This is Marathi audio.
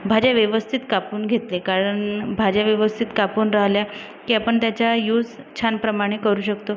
भाज्या व्यवस्थित कापून घेते कारण भाज्या व्यवस्थित कापून राहिल्या की आपण त्याचा यूज छान प्रमाणे करू शकतो